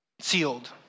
Sealed